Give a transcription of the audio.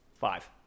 five